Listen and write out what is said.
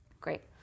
Great